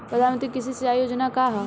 प्रधानमंत्री कृषि सिंचाई योजना का ह?